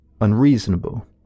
unreasonable